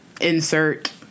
insert